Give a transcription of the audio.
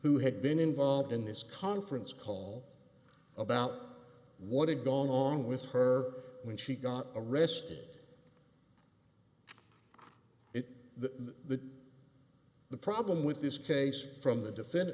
who had been involved in this conference call about what had gone on with her when she got arrested it's the the problem with this case from the defend